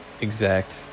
exact